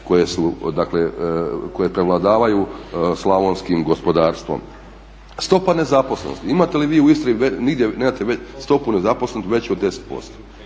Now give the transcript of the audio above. koje prevladavaju slavonskim gospodarstvom. Stopa nezaposlenosti. Imate li vi u Istri, nigdje nemate stopu nezaposlenosti veću od 10%.